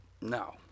No